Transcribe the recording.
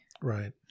Right